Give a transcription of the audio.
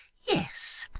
yes!